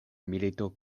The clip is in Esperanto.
milito